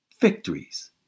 victories